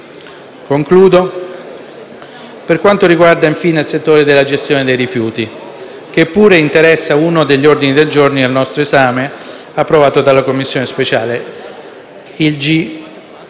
Concludo parlando del settore della gestione dei rifiuti, che pure interessa uno degli ordini del giorno al nostro esame, approvato dalla Commissione speciale,